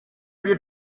bir